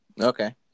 Okay